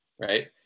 right